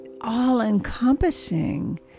all-encompassing